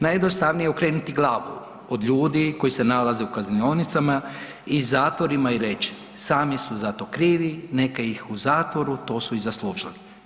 Najjednostavnije je okrenuti glavu od ljudi koji se nalaze u kaznionicama i zatvorima i reći, sami su za to krivi, neka ih u zatvoru to su i zaslužili.